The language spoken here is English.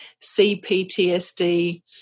CPTSD